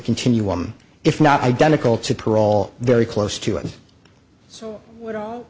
continuum if not identical to parole very close to it so that's all